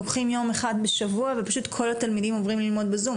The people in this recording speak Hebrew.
לוקחים יום אחד בשבוע ופשוט כל התלמידים עוברים ללמוד בזום.